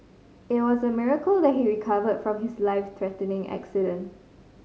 it was a miracle that he recovered from his life threatening accident